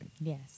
Yes